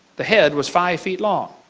the head was five feet long.